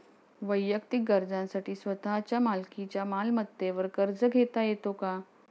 वैयक्तिक गरजांसाठी स्वतःच्या मालकीच्या मालमत्तेवर कर्ज घेता येतो का?